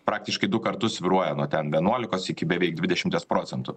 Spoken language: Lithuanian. praktiškai du kartus svyruoja nuo ten vienuolikos iki beveik dvidešimties procentų